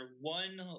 one